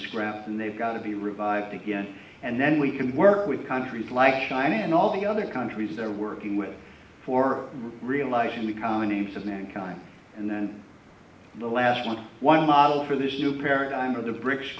scrapped and they've got to be revived again and then we can work with countries like china and all the other countries they're working with for realizing the colonies of mankind and then the last one one model for this new paradigm of the bric